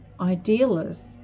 idealists